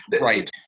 Right